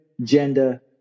gender